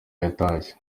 yatashye